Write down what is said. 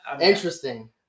Interesting